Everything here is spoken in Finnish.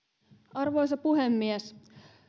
arvoisa puhemies